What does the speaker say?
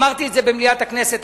אמרתי את זה במליאת הכנסת,